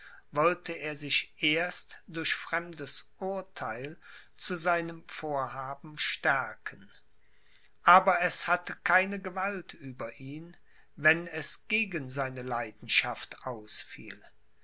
wollte er sich erst durch fremdes urtheil zu seinem vorhaben stärken aber es hatte keine gewalt über ihn wenn es gegen seine leidenschaft ausfiel